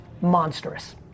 monstrous